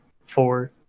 four